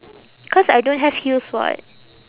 cause I don't have heels [what]